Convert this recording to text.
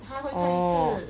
oh